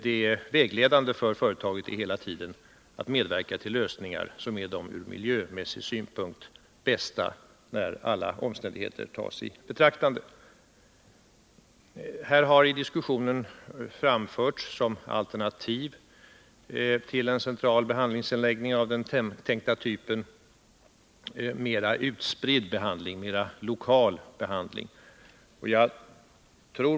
Det vägledande för företaget är emellertid hela tiden att medverka till lösningar som, när alla omständigheter tas i betraktande, är att anse som de bästa. I diskussionen har som alternativ till en central behandlingsanläggning av den tänkta typen framförts tanken på en mer utspridd behandling, en mer lokal behandling.